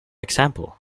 example